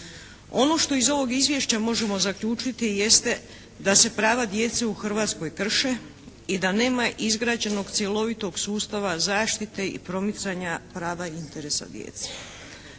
Ono što iz ovog izvješća možemo zaključiti jeste da se prava djece u Hrvatskoj krše i da nema izgrađenog cjelovitog sustava zaštite i promicanja prava i interesa djece.